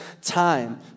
time